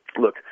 look